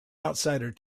outsider